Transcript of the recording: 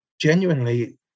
genuinely